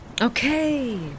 Okay